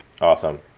awesome